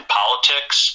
politics